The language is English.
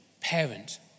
parent